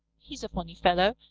he's a funny fellow.